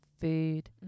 food